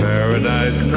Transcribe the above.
Paradise